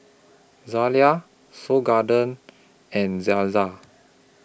Zalia Seoul Garden and Zaza